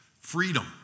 Freedom